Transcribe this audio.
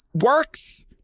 works